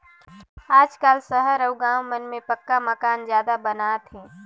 आजकाल सहर अउ गाँव मन में पक्का मकान जादा बनात हे